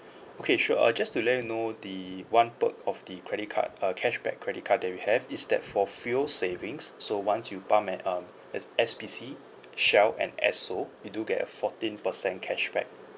okay sure uh just to let you know the one perk of the credit card uh cashback credit card that we have is that for fuel savings so once you pump at um S S_P_C shell and esso you do get a fourteen percent cashback